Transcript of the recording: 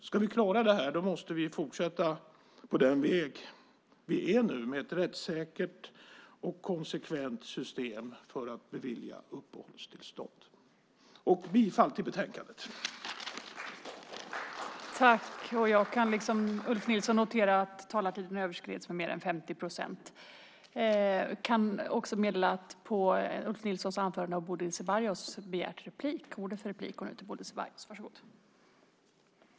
Ska vi klara detta måste vi fortsätta på den väg vi är nu, med ett rättssäkert och konsekvent system för att bevilja uppehållstillstånd. Jag yrkar bifall till utskottets förslag.